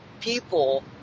people